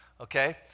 okay